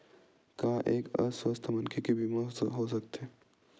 का एक अस्वस्थ मनखे के बीमा हो सकथे?